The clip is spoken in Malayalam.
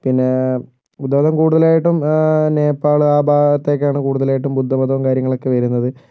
പിന്നേ ബുദ്ധമതം കൂടുതലായിട്ടും നേപ്പാള് ആ ഭാഗത്തേക്ക് ആണ് കൂടുതലായിട്ടും ബുദ്ധമതവും കാര്യങ്ങളൊക്കെ വരുന്നത്